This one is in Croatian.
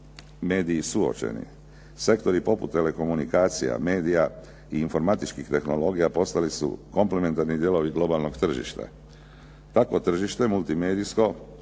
mediji suočeni. Sektori poput telekomunikacija, medija i informatičkih tehnologija postali su komplementarni dijelovi globalnog tržišta. Takvo tržište multimedijsko